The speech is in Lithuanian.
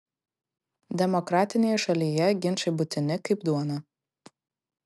demokratinėje šalyje ginčai būtini kaip duona